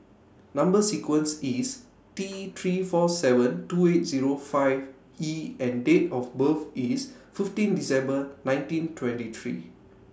Number sequence IS T three four seven two eight Zero five E and Date of birth IS fifteen December nineteen twenty three